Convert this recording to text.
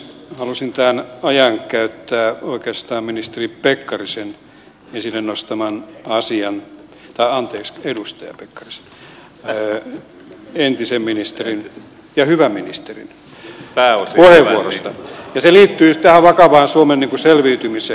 halusin tämän ajan käyttää oikeastaan ministeri pekkarisen esille nostaman asian tai anteeksi edustaja pekkarisen entisen ministerin ja hyvän ministerin käsittelyyn ja se liittyy juuri tähän vakavaan suomen selviytymiseen